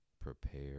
Prepare